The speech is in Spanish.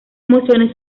emociones